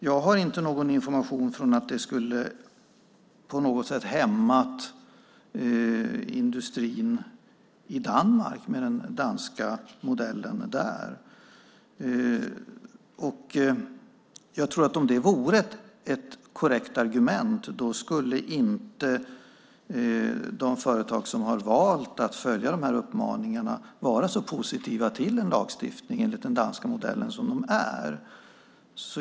Jag har inte någon information om att den danska modellen på något sätt skulle ha hämmat industrin i Danmark. Om det vore ett korrekt argument tror jag inte att de företag som har valt att följa dessa uppmaningar skulle vara så positiva till en lagstiftning enligt den danska modellen som de är.